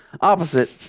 opposite